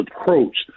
approach